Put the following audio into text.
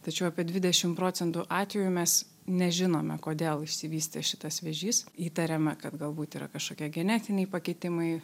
tačiau apie dvidešim procentų atvejų mes nežinome kodėl išsivystė šitas vėžys įtariame kad galbūt yra kažkokie genetiniai pakitimai